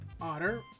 otter